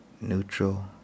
neutral